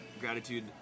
gratitude